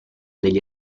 degli